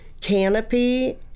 canopy